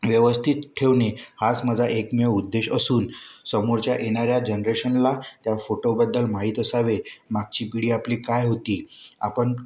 व्यवस्थित ठेवणे हाच माझा एकमेव उद्देश असून समोरच्या येणाऱ्या जनरेशनला त्या फोटोबद्दल माहीत असावे मागची पिढी आपली काय होती